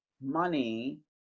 money